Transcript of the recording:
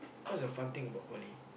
what's your fun thing about poly